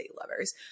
lovers